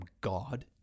God